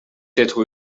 être